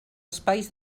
espais